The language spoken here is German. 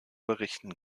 berichten